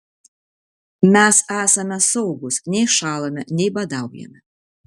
mes esame saugūs nei šąlame nei badaujame